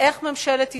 איך ממשלת ישראל,